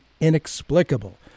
inexplicable